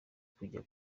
kujya